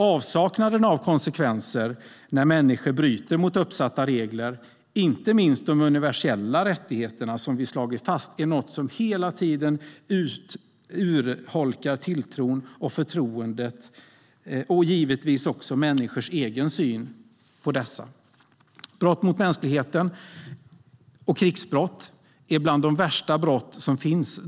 Avsaknaden av konsekvenser när människor bryter mot uppsatta regler, inte minst de universella rättigheter som vi slagit fast, är något som hela tiden urholkar tilltron, förtroendet och givetvis också människors egen syn på dessa. Brott mot mänskligheten och krigsbrott hör till de värsta brott som finns.